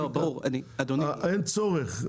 אין צורך,